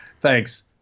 Thanks